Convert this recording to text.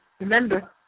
remember